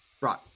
Right